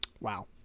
Wow